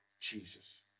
Jesus